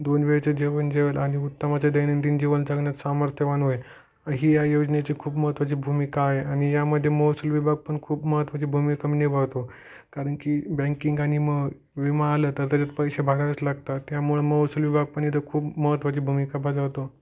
दोन वेळचे जेवण जेवेल आणि उत्तम असं दैनंदिन जीवन जगण्यात सामर्थ्यवान होईल ही या योजनेची खूप महत्त्वाची भूमिका आहे आणि यामध्ये महसूल विभाग पण खूप महत्त्वाची भूमिका निभावतो कारण की बँकिंग आणि म विमा आलं तर त्याच्यात पैसे भरावेच लागतात त्यामुळं महसूल विभाग पण इथं खूप महत्त्वाची भूमिका बजावतो